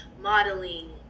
modeling